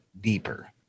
deeper